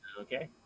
Okay